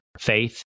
faith